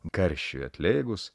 karščiui atlėgus